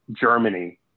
Germany